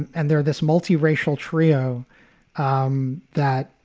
and they're this multiracial trio um that,